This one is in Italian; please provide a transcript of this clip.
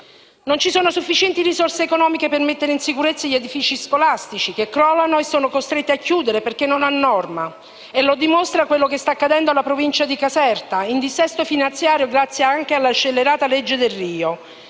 Non ci sono sufficienti risorse economiche per mettere in sicurezza gli edifici scolastici che crollano e sono costretti a chiudere perché non a norma, come dimostra quello che sta accadendo nella Provincia di Caserta, in dissesto finanziario anche grazie alla scellerata legge Delrio,